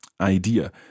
idea